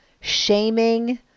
shaming